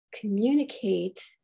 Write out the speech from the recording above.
communicate